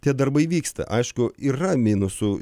tie darbai vyksta aišku yra minusų